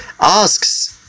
asks